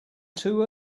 too